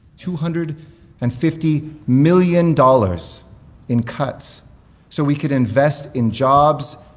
two hundred and fifty million dollars in cuts so we can invest in jobs,